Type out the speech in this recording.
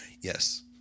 Yes